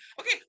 okay